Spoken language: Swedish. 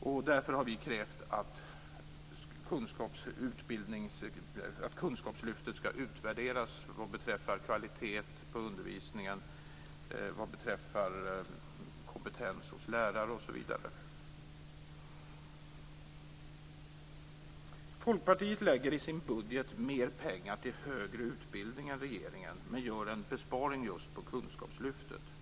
Vi har därför krävt att kunskapslyftet ska utvärderas vad beträffar kvaliteten på undervisningen, kompetens hos lärare osv. Folkpartiet lägger i sin budget in mer pengar till högre utbildning än regeringen men gör en besparing just på kunskapslyftet.